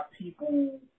people